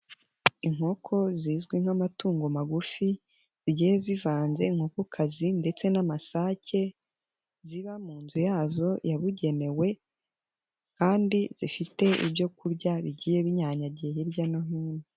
Inkoko zizwi nk'amatungo magufi, zigiye zivanze inkoko kazi ndetse n'amasake, ziba mu nzu yazo yabugenewe, kandi zifite ibyokurya bigiye binyanyagiye hirya no hino.